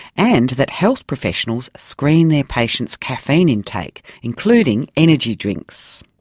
and that health professionals screen their patients' caffeine intake, including energy drinks.